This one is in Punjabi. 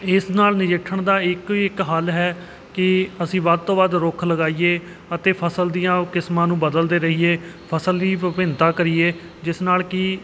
ਇਸ ਨਾਲ ਨਜਿੱਠਣ ਦਾ ਇੱਕੋ ਇੱਕ ਹੱਲ ਹੈ ਕਿ ਅਸੀਂ ਵੱਧ ਤੋਂ ਵੱਧ ਰੁੱਖ ਲਗਾਈਏ ਅਤੇ ਫ਼ਸਲ ਦੀਆਂ ਕਿਸਮਾਂ ਨੂੰ ਬਦਲਦੇ ਰਹੀਏ ਫ਼ਸਲ ਦੀ ਵਿਭਿੰਨਤਾ ਕਰੀਏ ਜਿਸ ਨਾਲ ਕਿ